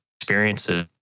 experiences